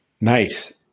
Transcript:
Nice